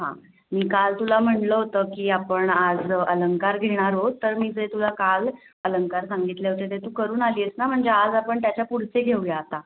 हां मी काल तुला म्हटलं होतं की आपण आज अलंकार घेणार आहोत तर मी जे तुला काल अलंकार सांगितले होते ते तू करून आली आहेस ना म्हणजे आज आपण त्याच्या पुढचे घेऊया आता